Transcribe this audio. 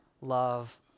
love